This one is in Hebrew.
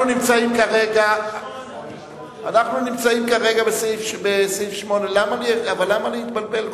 אנחנו נמצאים כרגע בסעיף 8. למה להתבלבל?